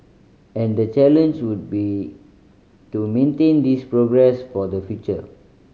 and the challenge would be to maintain this progress for the future